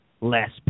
last